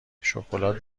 شکلات